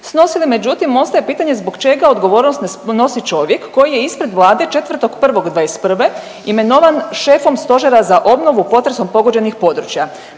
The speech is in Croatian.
snosili, međutim ostaje pitanje zbog čega odgovornost ne snosi čovjek koji je ispred Vlade 4.1.'21. imenovan šefom Stožera za obnovu potresom pogođenih područja,